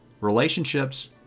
relationships